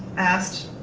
asked,